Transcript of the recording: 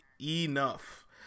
enough